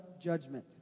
judgment